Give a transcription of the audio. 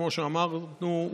כמו שאמרנו,